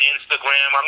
Instagram